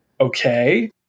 okay